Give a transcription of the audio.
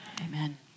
Amen